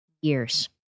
years